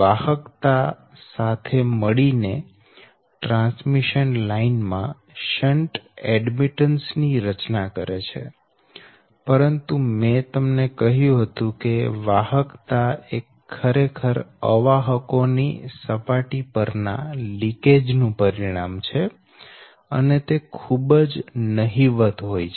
વાહકતા સાથે મળીને ટ્રાન્સમીશન લાઈન માં શંટ એડમીટન્સ ની રચના કરે છે પરંતુ મેં તમને કહ્યું હતું કે વાહકતા એ ખરેખર અવાહકો ની સપાટી પર ના લિકેજ નું પરિણામ છે અને તે ખૂબ નહિવત હોય છે